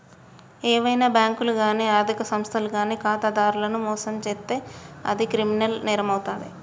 ఏవైనా బ్యేంకులు గానీ ఆర్ధిక సంస్థలు గానీ ఖాతాదారులను మోసం చేత్తే అది క్రిమినల్ నేరమవుతాది